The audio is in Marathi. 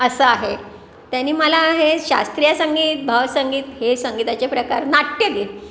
असं आहे त्यानी मला हे शास्त्रीय संगीत भावसंगीत हे संगीताचे प्रकार नाट्यगीत